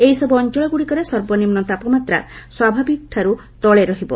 ଏହିସବୁ ଅଞ୍ଚଳଗୁଡ଼ିକରେ ସର୍ବନିମ୍ନ ତାପମାତ୍ରା ସ୍ୱାଭାବିକଠାରୁ ତଳେ ରହିବ